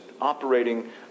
operating